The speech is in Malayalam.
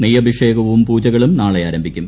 നെയ്യഭിഷേകവും പൂജകളും നാളെ ആരംഭിക്കും